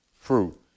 fruit